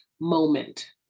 moment